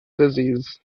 disease